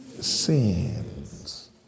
Sins